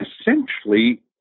essentially